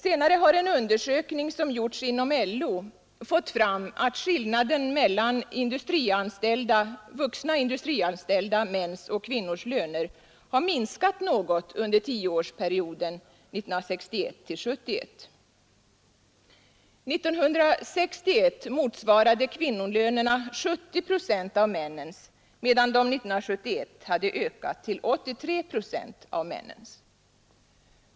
Sedan har en undersökning som gjorts inom LO fått fram att skillnaden mellan vuxna industrianställda mäns och kvinnors löner har minskat något under tioårsperioden 1961—1971. 1961 motsvarade kvinnolönerna 70 procent av männens, medan de 1971 hade ökat till 83 procent av männens.